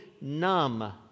numb